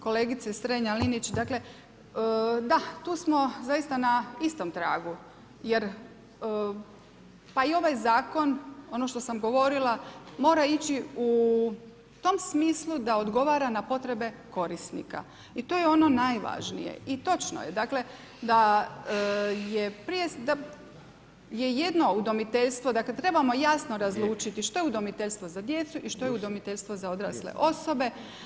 Kolegice Strenja-Linić dakle da, tu smo zaista na istom tragu jer pa i ovaj zakon, ono što sam govorila mora ići u tom smislu da odgovara na potrebe korisnika i to je ono najvažnije i točno je dakle da je jedno udomiteljstvo, dakle trebamo jasno razlučiti što je udomiteljstvo za djecu i što je udomiteljstvo za odrasle osobe.